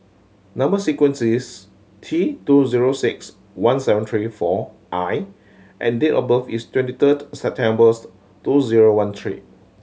number sequence is T two zero six one seven three four I and date of birth is twenty third September two zero one three